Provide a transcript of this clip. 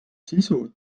sisu